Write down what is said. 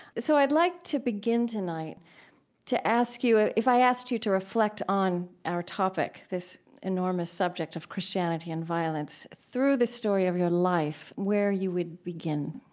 so i'd like to begin tonight to ask you if if i asked you to reflect on our topic, this enormous subject of christianity and violence through the story of your life, where you would begin